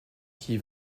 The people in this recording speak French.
qui